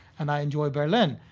and i enjoyed berlin.